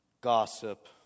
Gossip